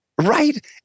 Right